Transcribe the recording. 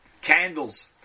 candles